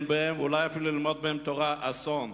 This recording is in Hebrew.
בהן ואולי אפילו ללמד בהן תורה: אסון,